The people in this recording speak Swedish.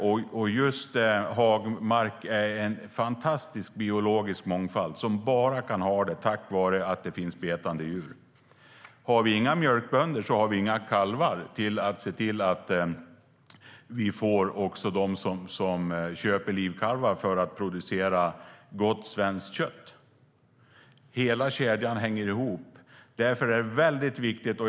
I hagmarkerna är den biologiska mångfalden fantastisk tack vare betande djur. Har vi inga mjölkbönder har vi heller inga kalvar. Därmed finns ingen som köper livkalvar för att producera gott svenskt kött. Hela kedjan hänger ihop.